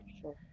sure